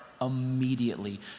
immediately